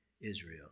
Israel